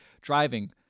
driving